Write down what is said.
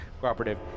cooperative